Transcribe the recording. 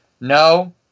no